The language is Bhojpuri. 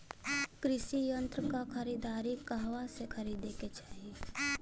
कृषि यंत्र क खरीदारी कहवा से खरीदे के चाही?